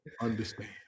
understand